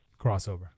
crossover